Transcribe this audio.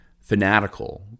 fanatical